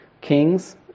kings